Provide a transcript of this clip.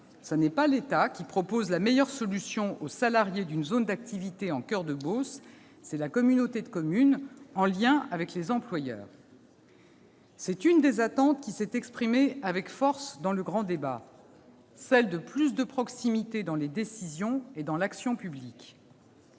Ce n'est pas l'État qui propose la meilleure solution aux salariés d'une zone d'activité en Coeur de Beauce, c'est la communauté de communes en liaison avec les employeurs. C'est l'une des attentes qui s'est exprimée avec force dans le cadre du grand débat, à savoir plus de proximité dans les décisions et l'action publiques.